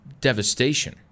devastation